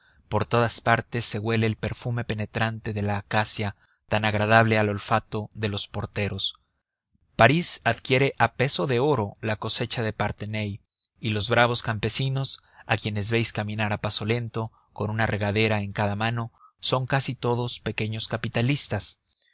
por todas partes se huele el perfume penetrante de la acacia tan agradable al olfato de los porteros parís adquiere a peso de oro la cosecha de parthenay y los bravos campesinos a quienes veis caminar a paso lento con una regadera en cada mano son casi todos pequeños capitalistas